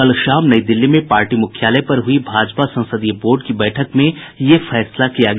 कल शाम नई दिल्ली में पार्टी मुख्यालय पर हुई भाजपा संसदीय बोर्ड की बैठक में यह फैसला लिया गया